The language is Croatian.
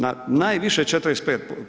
Na najviše 45%